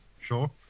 Sure